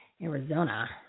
Arizona